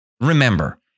remember